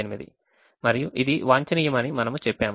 మరియు ఇది వాంఛనీయమని మనము చెప్పాము